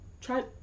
try